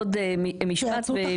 את מכניסה משהו אחר.